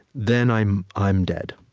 then i'm i'm dead